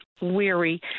weary